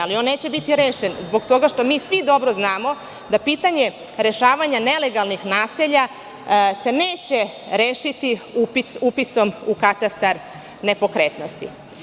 Ali, on neće biti rešen, zbog toga što mi svi dobro znamo da pitanje rešavanja nelegalnih naselja se neće rešiti upisom u katastar nepokretnosti.